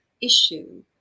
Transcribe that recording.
issue